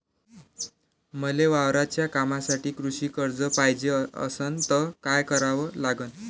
मले वावराच्या कामासाठी कृषी कर्ज पायजे असनं त काय कराव लागन?